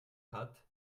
hat